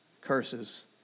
Curses